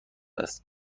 است